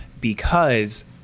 because-